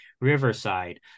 Riverside